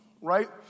right